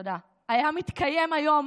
היה מתקיים היום,